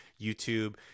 YouTube